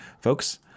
Folks